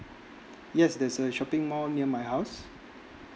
yes there's a shopping mall near my house